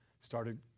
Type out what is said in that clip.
started